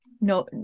no